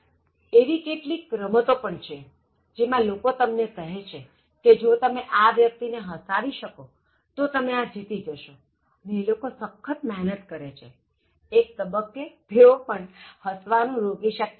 એવી કેટલીક રમતો પણ છેજેમાં લોકો તમને કહે કે જો તમે આ વ્યક્તિને હસાવી શકો તો તમે આ જીતી જશોઅને એ લોકો સખત મહેનત કરે છેએક તબક્કે તેઓ પણ હસવાનું રોકી શકતા નથી